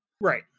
right